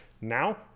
now